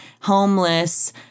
homeless